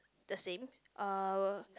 the same uh